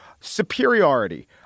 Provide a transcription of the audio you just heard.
Superiority